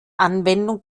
anwendung